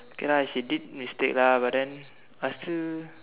okay lah she did mistake lah but then I still